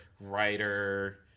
writer